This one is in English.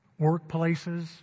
workplaces